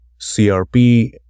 CRP